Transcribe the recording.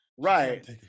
right